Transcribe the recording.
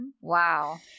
Wow